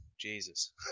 Jesus